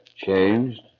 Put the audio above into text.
Changed